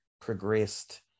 progressed